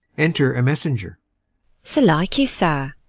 enter a messenger so like you, sir,